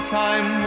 time